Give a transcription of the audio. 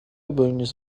بوینس